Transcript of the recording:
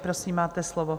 Prosím, máte slovo.